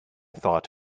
thought